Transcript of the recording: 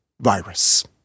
Virus